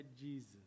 Jesus